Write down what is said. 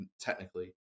technically